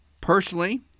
Personally